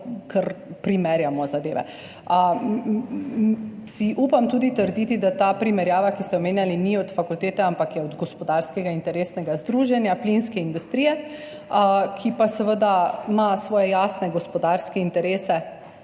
primerjamo zadeve. Upam si tudi trditi, da ta primerjava, ki ste jo omenjali, ni od fakultete, ampak je od gospodarskega interesnega združenja plinske industrije, ki pa ima seveda svoje jasne gospodarske interese